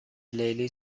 لیلی